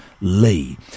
Lee